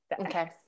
Okay